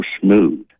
smooth